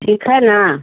ठीक है न